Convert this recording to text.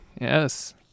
Yes